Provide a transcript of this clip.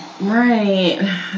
Right